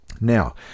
Now